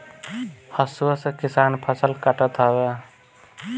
हसुआ से किसान फसल के काटत हवे